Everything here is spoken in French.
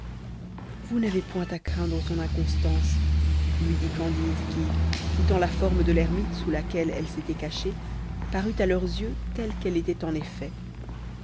vous n'avez point à craindre son inconstance lui dit candide qui quittant la forme de l'ermite sous laquelle elle s'était cachée parut à leurs veux telle qu'elle était en effet